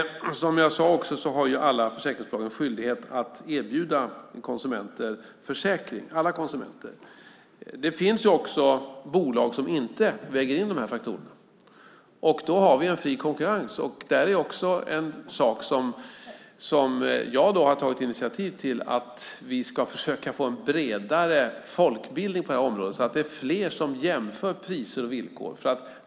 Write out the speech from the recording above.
Som jag sade har alla försäkringsbolag skyldighet att erbjuda konsumenter försäkring - alla konsumenter. Det finns också bolag som inte väger in dessa faktorer. Då har vi en fri konkurrens. En sak som jag har tagit initiativ till är att vi ska försöka få en bredare folkbildning på detta område så att fler jämför priser och villkor.